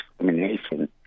discrimination